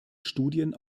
studien